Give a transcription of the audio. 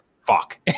Fuck